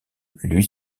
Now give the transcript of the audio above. lui